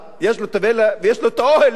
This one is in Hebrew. יש לו האוהל ליד,